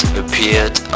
appeared